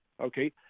okay